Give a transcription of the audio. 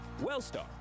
Wellstar